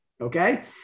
okay